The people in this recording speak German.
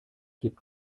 gibt